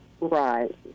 right